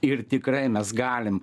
ir tikrai mes galim